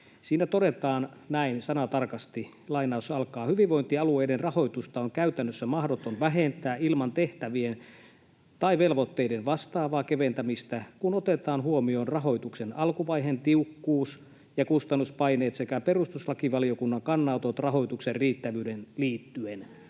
Siinä todetaan näin, sanatarkasti: ”Hyvinvointialueiden rahoitusta on käytännössä mahdoton vähentää ilman tehtävien tai velvoitteiden vastaavaa keventämistä, kun otetaan huomioon rahoituksen alkuvaiheen tiukkuus ja kustannuspaineet sekä perustuslakivaliokunnan kannanotot rahoituksen riittävyyteen liittyen.”